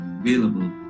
available